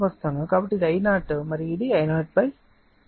కాబట్టి ఇది I0 మరియు ఇది I0 √ 2